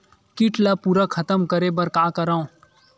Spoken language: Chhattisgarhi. कीट ला पूरा खतम करे बर का करवं?